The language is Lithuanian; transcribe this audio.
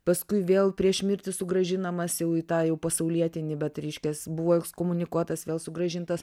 paskui vėl prieš mirtį sugrąžinamas jau į tą jau pasaulietinį bet reiškias buvo ekskomunikuotas vėl sugrąžintas